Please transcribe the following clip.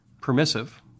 permissive